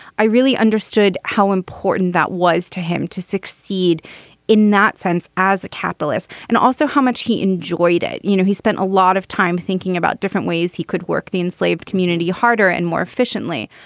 i really understood how important that was to him to succeed in that sense as a capitalist and also how much he enjoyed it. you know, he spent a lot of time thinking about different ways he could work the enslaved community harder and more efficiently.